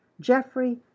Geoffrey